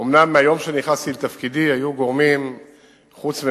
אומנם מהיום שנכנסתי לתפקידי היו גורמים חוץ-ממשלתיים